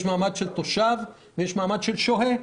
מעמד של תושב ומעמד של שוהה.